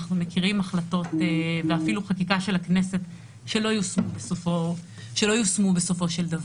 אנחנו מכירים החלטות ואפילו חקיקה של הכנסת שלא יושמו בסופו של דבר.